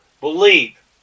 believe